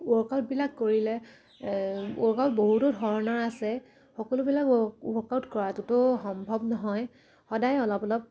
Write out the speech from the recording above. ৱৰ্কআউটবিলাক কৰিলে ৱৰ্কআউট বহুতো ধৰণৰ আছে সকলোবিলাক ৱৰ্কআউট কৰাটোতো সম্ভৱ নহয় সদায় অলপ অলপ